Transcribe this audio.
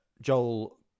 Joel